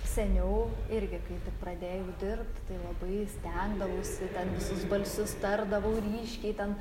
seniau irgi kai tik pradėjau dirbt tai labai stengdavausi visus balsius tardavau ryškiai ten